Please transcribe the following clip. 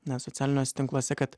nes socialiniuose tinkluose kad